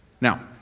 Now